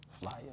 Flyer